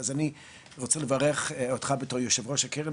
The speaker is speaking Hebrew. אז אני רוצה לברך אותך בתור יושב ראש הקרן,